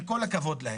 עם כל הכבוד להן.